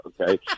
okay